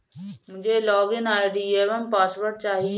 मुझें login ID एवं password चाहिए